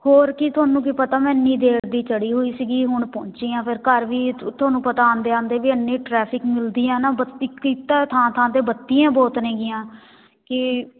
ਹੋਰ ਕੀ ਤੁਹਾਨੂੰ ਕੀ ਪਤਾ ਮੈਂ ਇੰਨੀ ਦੇਰ ਦੀ ਚੜੀ ਹੋਈ ਸੀਗੀ ਹੁਣ ਪਹੁੰਚੀ ਆ ਫਿਰ ਘਰ ਵੀ ਤੁ ਤੁਹਾਨੂੰ ਪਤਾ ਆਉਂਦੇ ਆਉਂਦੇ ਵੀ ਇੰਨੇ ਟਰੈਫਿਕ ਮਿਲਦੀ ਆ ਨਾ ਬੱਤੀ ਇੱਕ ਇੱਕ ਥਾਂ ਥਾਂ 'ਤੇ ਬੱਤੀਆਂ ਬਹੁਤ ਨੇਗੀਆਂ ਕਿ